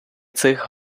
цих